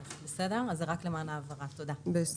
זה רק למען ההבהרה.